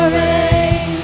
rain